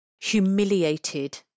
humiliated